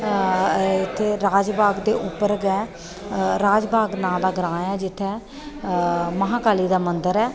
इत्थें राजबाग दे उप्पर गै राजबाग नांऽ दा ग्रां ऐ जित्थें महाकाली दा मंदर ऐ